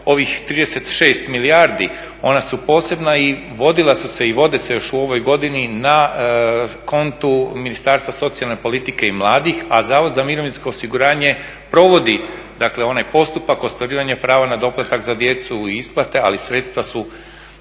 i vodila su se i vode se još u ovoj godini na kontu Ministarstva socijalne politike i mladih, a Zavod za mirovinsko osiguranje provodi dakle onaj postupak ostvarivanja prava na doplatak za djecu i isplate, ali sredstva su